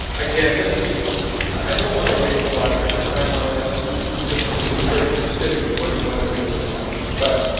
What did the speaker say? again, this is i don't want to waste a lot of your time on this this is going to be very specific to what you want to do with the project but